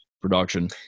production